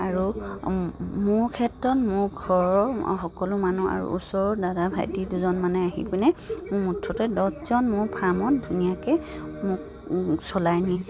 আৰু মোৰ ক্ষেত্ৰত মোৰ ঘৰৰ সকলো মানুহ আৰু ওচৰৰ দাদা ভাইটি দুজন মানে আহি পিনে মুঠতে দহজন মোৰ ফাৰ্মত ধুনীয়াকৈ মোক চলাই নিয়ে